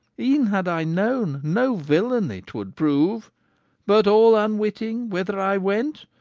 e'en had i known, no villainy twould prove but all unwitting whither i went,